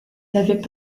l’avaient